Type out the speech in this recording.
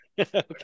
okay